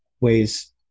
ways